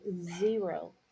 zero